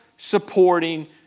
supporting